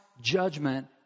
judgment